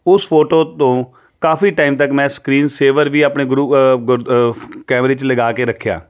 ਉਸ ਫੋਟੋ ਤੋਂ ਕਾਫੀ ਟਾਈਮ ਤੱਕ ਮੈਂ ਸਕਰੀਨ ਸੇਵਰ ਵੀ ਆਪਣੇ ਗੁਰੂ ਗੁਰ ਕੈਮਰੇ 'ਚ ਲਗਾ ਕੇ ਰੱਖਿਆ